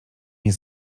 nie